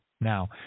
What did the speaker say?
Now